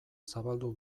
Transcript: zabaldu